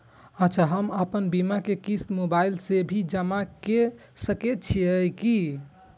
अच्छा हम आपन बीमा के क़िस्त मोबाइल से भी जमा के सकै छीयै की?